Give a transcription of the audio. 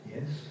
Yes